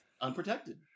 Unprotected